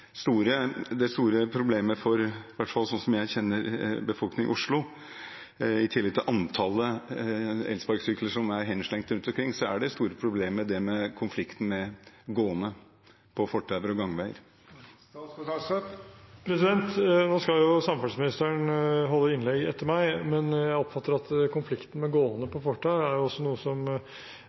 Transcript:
i tillegg til antallet elsparkesykler som er henslengt rundt omkring, konflikten med gående på fortau og gangveier. Nå skal jo samferdselsministeren holde innlegg etter meg, men jeg oppfatter at konflikten med gående på fortau også er noe som Samferdselsdepartementet har vært veldig opptatt av gjennom å innføre nye trafikkregler i forskrift som